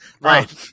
Right